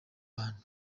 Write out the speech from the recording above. bantu